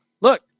Look